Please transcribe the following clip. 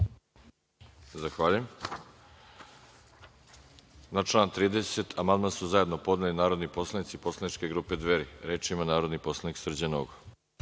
Zahvaljujem. Na član 30. amandman su zajedno podneli narodni poslanici poslaničke grupe Dveri. Reč ima narodni poslanik Srđan